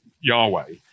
Yahweh